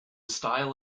style